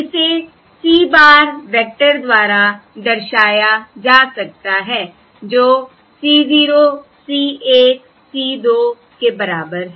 इसे C bar vector द्वारा दर्शाया जा सकता है जो C 0 C 1 C 2 के बराबर है